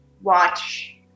watch